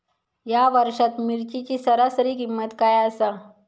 या वर्षात मिरचीची सरासरी किंमत काय आसा?